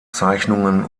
zeichnungen